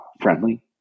friendly